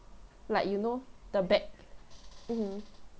like you know the back mmhmm